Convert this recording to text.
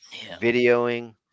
videoing